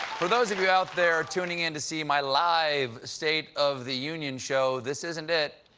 for those of you out there tuning in to see my live state of the union show, this isn't it.